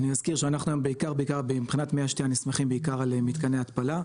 אני מזכיר שאנחנו בעיקר על מי השתייה נסמכים על מי התפלה,